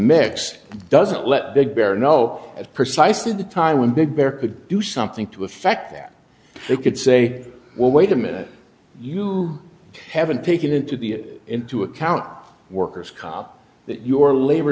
mix doesn't let big bear know at precisely the time when big bear could do something to effect that you could say well wait a minute you haven't pick into the into account workers comp that your labor